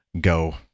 go